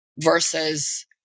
versus